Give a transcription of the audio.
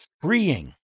freeing